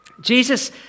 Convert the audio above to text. Jesus